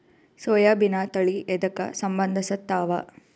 ಸೋಯಾಬಿನ ತಳಿ ಎದಕ ಸಂಭಂದಸತ್ತಾವ?